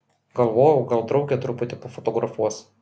galvojau gal draugė truputį pafotografuos